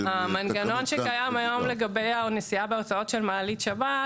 --- המנגנון שקיים היום לגבי הנשיאה בהוצאות של מעלית שבת,